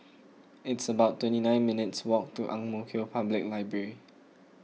it's about twenty nine minutes' walk to Ang Mo Kio Public Library